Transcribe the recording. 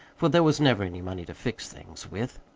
for there was never any money to fix things with.